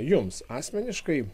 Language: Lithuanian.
jums asmeniškai